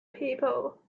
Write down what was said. people